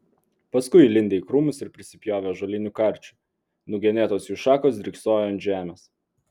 paskui įlindę į krūmus ir prisipjovę ąžuolinių karčių nugenėtos jų šakos dryksojo ant žemės